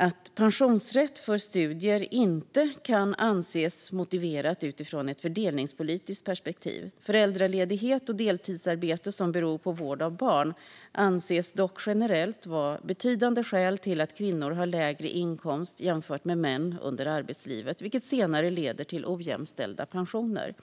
att "pensionsrätt för studier inte kan anses motiverad utifrån ett fördelningspolitiskt perspektiv. Föräldraledighet och deltidsarbete som beror på vård av barn anses dock generellt vara betydande skäl till att kvinnor har lägre inkomst jämfört med män under arbetslivet, vilket senare leder till ojämställda pensioner.